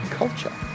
culture